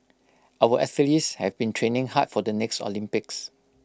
our athletes have been training hard for the next Olympics